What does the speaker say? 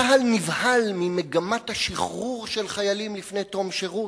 צה"ל נבהל ממגמת השחרור של חיילים לפני תום שירות.